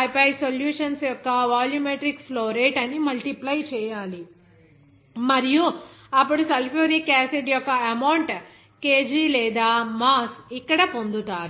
ఆపై సొల్యూషన్స్ యొక్క volumetric flow rate అని మల్టిప్లై చేయాలి మరియు అప్పుడు సల్ఫ్యూరిక్ యాసిడ్ యొక్క అమౌంట్ kg లేదా మాస్ ఇక్కడ పొందుతారు